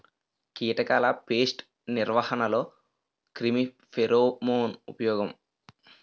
కీటకాల పేస్ట్ నిర్వహణలో క్రిమి ఫెరోమోన్ ఉపయోగం